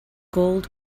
gold